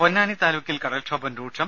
പൊന്നാനി താലൂക്കിൽ കടൽക്ഷോഭം രൂക്ഷം